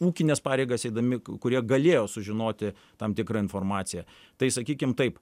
ūkines pareigas eidami kurie galėjo sužinoti tam tikrą informaciją tai sakykim taip